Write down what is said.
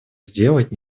сделать